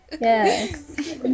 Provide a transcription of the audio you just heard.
yes